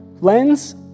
lens